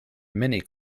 many